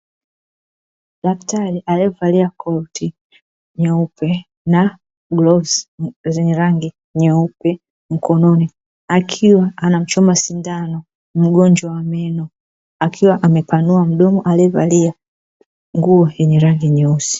Daktari aliyevalia koti nyeupe na glavu zenye rangi nyeupe mkononi, akiwa anamchoma sindano mgonjwa wa meno; akiwa amepanua mdomo, aliyevalia nguo yenye rangi nyeusi.